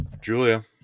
Julia